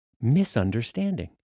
misunderstanding